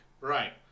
Right